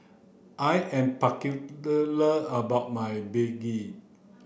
I am about my Begedil